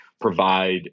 provide